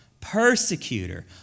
persecutor